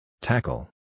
Tackle